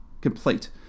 complete